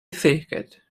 thicket